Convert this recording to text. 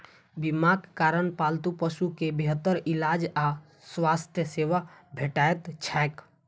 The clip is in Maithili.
बीमाक कारण पालतू पशु कें बेहतर इलाज आ स्वास्थ्य सेवा भेटैत छैक